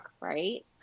right